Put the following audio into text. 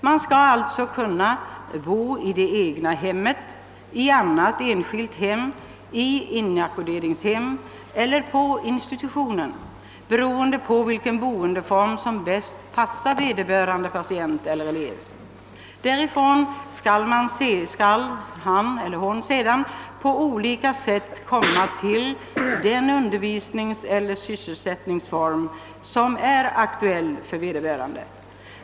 Man skall alltså kunna bo i det egna hemmet, i annat enskilt hem, i inackorderingshem eller på institutionen, beroende på vilken boendeform som bäst passar vederbörande patient eller elev. Därifrån skall han eller hon sedan på olika sätt komma till den undervisningseller = sysselsättningsform som är aktuell för vederbörande.